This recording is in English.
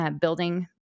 building